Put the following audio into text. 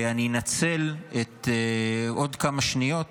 אנצל עוד כמה שניות